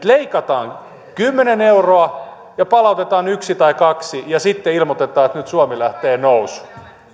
leikataan kymmenen euroa ja palautetaan yksi tai kaksi euroa ja sitten ilmoitetaan että nyt suomi lähtee nousuun